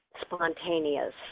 spontaneous